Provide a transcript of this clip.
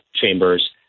chambers